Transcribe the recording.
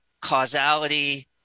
causality